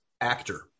actor